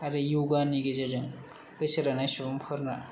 आरो योगा नि गेजेरजों बैसो रानाय सुबुंफोरना